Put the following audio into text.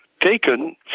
taken